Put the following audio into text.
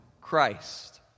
Christ